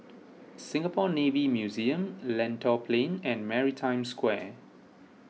Singapore Navy Museum Lentor Plain and Maritime Square